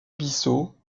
bissau